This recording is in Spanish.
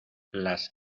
las